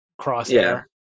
crosshair